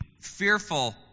fearful